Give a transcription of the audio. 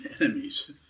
enemies